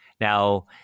Now